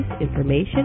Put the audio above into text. information